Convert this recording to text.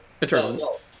Eternal